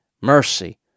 mercy